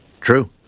true